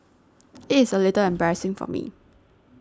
it is a little embarrassing for me